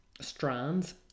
strands